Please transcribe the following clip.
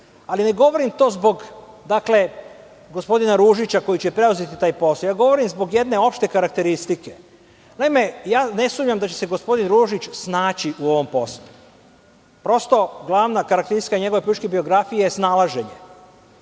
ali ne govorim to zbog gospodina Ružića koji će preuzeti taj posao, govorim zbog jedne opšte karakteristike. Naime, ne sumnjam da će se gospodin Ružić snaći u ovom poslu. Prosto, glavna karakteristika njegove političke biografije je snalaženje.